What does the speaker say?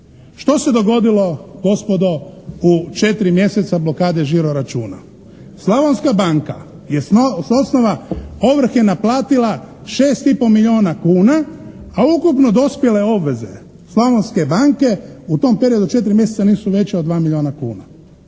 Što se dogodilo, gospodo, u 4 mjeseca blokade žiro računa. Slavonska banka je s osnova ovrhe naplatila 6 i po milijuna kuna, a ukupno dospjele obveze Slavonske banke u tom periodu od 4 mjeseca nisu veća od 2 milijuna kuna.